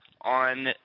on